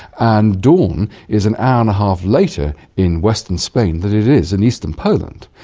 and dawn is an hour-and-a-half later in western spain than it is in eastern poland.